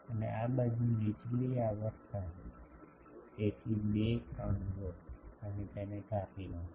અને આ બાજુ નીચલી આવર્તન તેથી 2 3 લો અને તેને કાપી નાખો